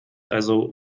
also